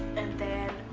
and then,